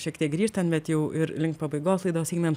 šiek tiek grįžtan bet jau ir link pabaigos laidos einam